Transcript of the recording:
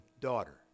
Daughter